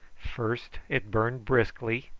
first it burned briskly,